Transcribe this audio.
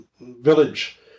village